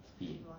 skip